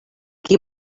qui